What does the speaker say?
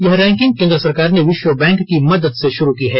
यह रैंकिंग केन्द्र सरकार ने विश्व बैंक की मदद से शुरू की है